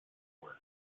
work